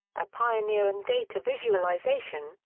a pioneer in data visualization,